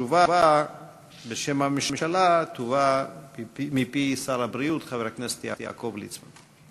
התשובה בשם הממשלה תובא מפי שר הבריאות חבר הכנסת יעקב ליצמן.